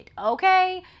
okay